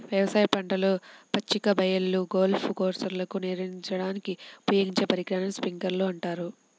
వ్యవసాయ పంటలు, పచ్చిక బయళ్ళు, గోల్ఫ్ కోర్స్లకు నీరందించడానికి ఉపయోగించే పరికరాన్ని స్ప్రింక్లర్ అంటారు